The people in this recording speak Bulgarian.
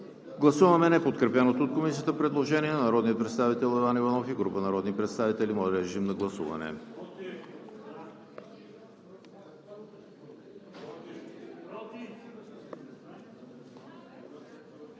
гласуване неподкрепеното от Комисията предложение на народния представител Иван Иванов и група народни представители. Гласували